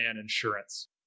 insurance